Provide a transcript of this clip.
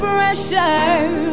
pressure